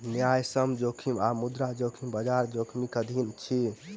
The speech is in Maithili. न्यायसम्य जोखिम आ मुद्रा जोखिम, बजार जोखिमक अधीन अछि